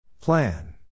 Plan